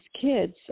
kids